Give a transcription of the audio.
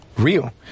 Real